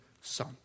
son